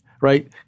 Right